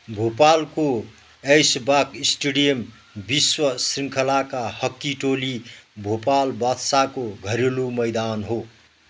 भोपालको Aishbagh stadium विश्व शृङ्खलाका hockey टोली भोपाल बादशाहको घरेलु मैदान हो